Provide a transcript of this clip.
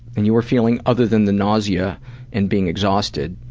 and you were feeling, other than the nausea and being exhausted,